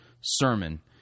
sermon